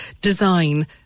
design